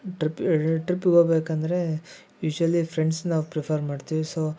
trip ಎರಡೆರಡು ಟ್ರಿಪ್ಪಿಗೆ ಹೋಬೇಕಂದ್ರೇ ಯೂಶ್ವಲಿ ಫ್ರೆಂಡ್ಸ್ನ ಪ್ರಿಫರ್ ಮಾಡ್ತೀವಿ ಸೊ